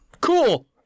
Cool